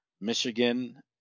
Michigan –